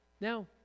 Now